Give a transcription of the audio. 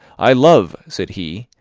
i love, said he,